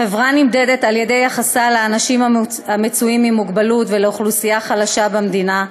חברה נמדדת ביחסה לאנשים עם מוגבלות ולאוכלוסייה החלשה במדינה,